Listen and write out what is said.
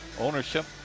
ownership